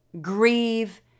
grieve